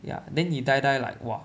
ya then he die die like !wah!